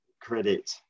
credit